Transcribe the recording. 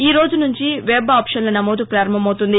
ఈ రోజు నుంచి వెబ్ ఆప్వన్ల నమోదు ప్రారంభమవుతుంది